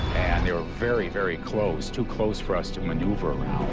and they were very, very close, too close for us to maneuver around.